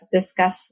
discuss